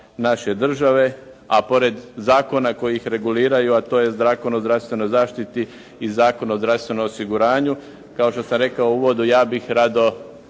naše države, a pored zakona koji ih reguliraju a to je Zakon o zdravstvenoj zaštiti i Zakon o zdravstvenom osiguranju. Kao što sam rekao u uvodu, ja bih rado